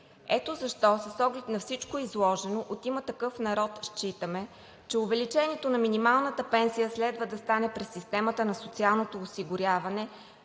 налице. С оглед на всичко изложено от „Има такъв народ“ считаме, че увеличението на минималната пенсия следва да стане през системата на социалното осигуряване,